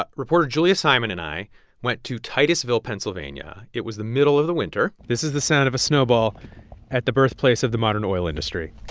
but reporter julia simon and i went to titusville, pa. so and it was the middle of the winter this is the sound of a snowball at the birthplace of the modern oil industry